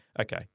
okay